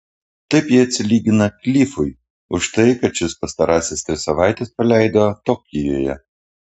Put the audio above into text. taip ji atsilygina klifui už tai kad šis pastarąsias tris savaites praleido tokijuje